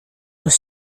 was